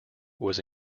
was